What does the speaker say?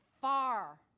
far